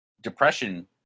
depression